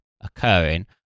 occurring